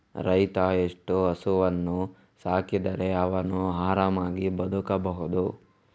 ರೈತ ಎಷ್ಟು ಹಸುವನ್ನು ಸಾಕಿದರೆ ಅವನು ಆರಾಮವಾಗಿ ಬದುಕಬಹುದು?